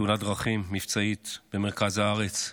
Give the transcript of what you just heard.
בתאונת דרכים מבצעית במרכז הארץ.